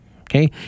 okay